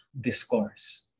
discourse